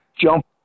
jump